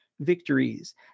victories